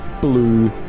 blue